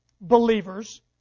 believers